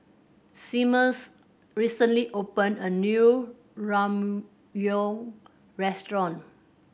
Seamus recently opened a new Ramyeon Restaurant